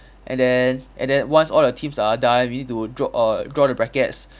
and then and then once all the teams are done we need to draw err draw the brackets